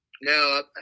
No